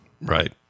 Right